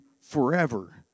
forever